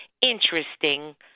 interesting